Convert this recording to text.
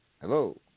hello